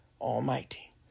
almighty